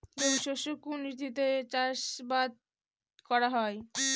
রবি শস্য কোন ঋতুতে চাষাবাদ করা হয়?